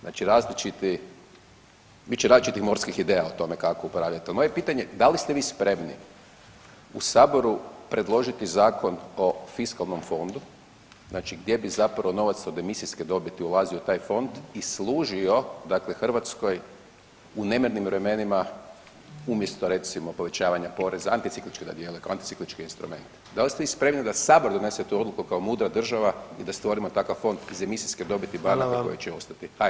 Znači različiti, bit će različitih morskih ideja o tome kako upravljat, a moje pitanje da li ste vi spremni u saboru predložiti Zakon o fiskalnom fondu znači gdje bi zapravo novac od emisijske dobiti ulazio u taj fond i služio dakle Hrvatskoj u nemirnim vremenima umjesto recimo povećavanja poreza, anticiklički da djeluje kao anticiklički instrument, da li ste vi spremni da sada donesete odluku kao mudra država i da stvorimo takav fond iz emisijske dobiti banaka koje će ostati, HNB-a govorim.